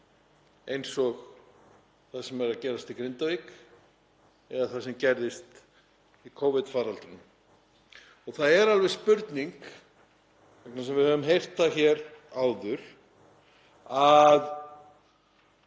eins og því sem er að gerast í Grindavík eða sem gerðist í Covid-faraldrinum. Það er alveg spurning, vegna þess að við höfum heyrt það hér áður að